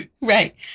right